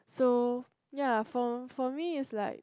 so ya for for me is like